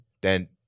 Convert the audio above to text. then-